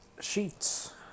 sheets